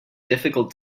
difficult